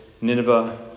Nineveh